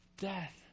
death